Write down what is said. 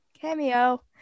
Cameo